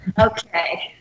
Okay